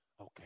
Okay